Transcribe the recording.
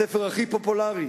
הספר הכי פופולרי,